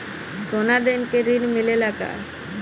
सोना देके ऋण मिलेला का?